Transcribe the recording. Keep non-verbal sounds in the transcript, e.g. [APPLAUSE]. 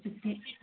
[UNINTELLIGIBLE]